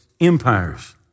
empires